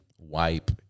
wipe